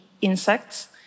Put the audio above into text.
insects